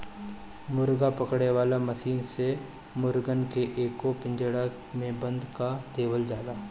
मुर्गा पकड़े वाला मशीन से मुर्गन के एगो पिंजड़ा में बंद कअ देवल जाला